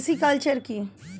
Pisciculture কি?